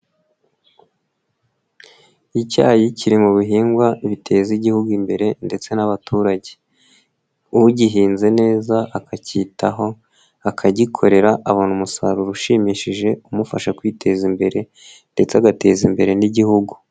Icyayi kiri mu bihingwa biteza Igihugu imbere ndetse n'abaturage. Ugihinze neza, akakitaho, akagikorera, abona umusaruro ushimishije umufasha kwiteza imbere ndetse agateza imbere n'Igihugu.